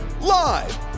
Live